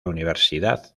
universidad